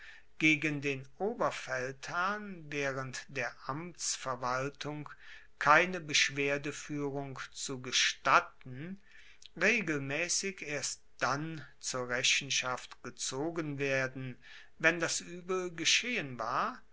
gegen den oberfeldherrn waehrend der amtsverwaltung keine beschwerdefuehrung zu gestatten regelmaessig erst dann zur rechenschaft gezogen werden wenn das uebel geschehen war